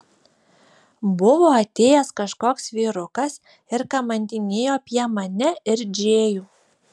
buvo atėjęs kažkoks vyrukas ir kamantinėjo apie mane ir džėjų